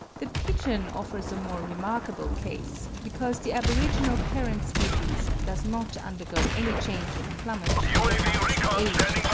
the pigeon offers a more remarkable case, because the aboriginal parent species does not undergo any change of plumage with advancing age,